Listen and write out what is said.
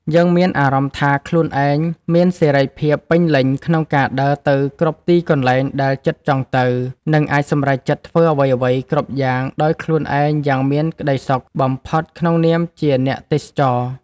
យើងមានអារម្មណ៍ថាខ្លួនឯងមានសេរីភាពពេញលេញក្នុងការដើរទៅគ្រប់ទីកន្លែងដែលចិត្តចង់ទៅ និង អាចសម្រេចចិត្តធ្វើអ្វីៗគ្រប់យ៉ាងដោយខ្លួនឯងយ៉ាងមានក្តីសុខបំផុតក្នុងនាមជាអ្នកទេសចរ។